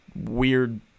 weird –